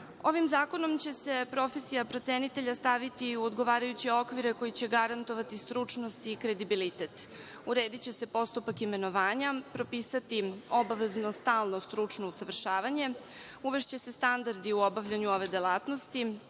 zakonom će se profesija procenitelja staviti u odgovarajuće okvire koji će garantovati stručnost i kredibilitet. Urediće se postupak imenovanja, propisati obavezno stalno stručno usavršavanje, uvešće se standardi u obavljanju ove delatnosti,